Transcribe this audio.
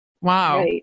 Wow